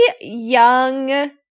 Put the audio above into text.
young